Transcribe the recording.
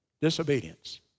disobedience